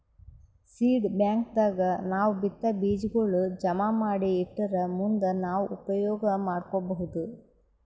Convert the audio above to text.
seed bank ದಾಗ್ ನಾವ್ ಬಿತ್ತಾ ಬೀಜಾಗೋಳ್ ಜಮಾ ಮಾಡಿ ಇಟ್ಟರ್ ಮುಂದ್ ನಾವ್ ಉಪಯೋಗ್ ಮಾಡ್ಕೊಬಹುದ್